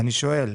אני שואל.